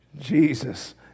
Jesus